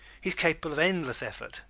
he is capable of endless effort,